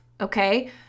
okay